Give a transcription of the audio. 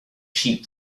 sheep